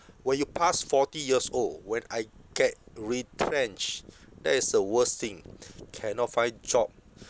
when you pass forty years old when I get retrenched that is the worst thing cannot find job